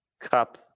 Cup